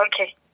okay